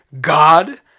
God